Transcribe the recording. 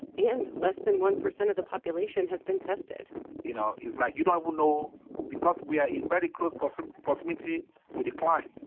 and less than one percent of the population has been tested you know, it's like you don't even know because we are in very close close ah proximity with the client.